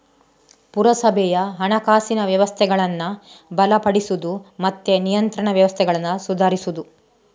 ಪುರಸಭೆಯ ಹಣಕಾಸಿನ ವ್ಯವಸ್ಥೆಗಳನ್ನ ಬಲಪಡಿಸುದು ಮತ್ತೆ ನಿಯಂತ್ರಣ ವ್ಯವಸ್ಥೆಗಳನ್ನ ಸುಧಾರಿಸುದು